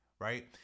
right